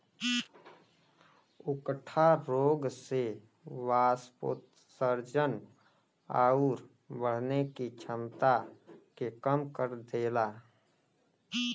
उकठा रोग से वाष्पोत्सर्जन आउर बढ़ने की छमता के कम कर देला